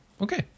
Okay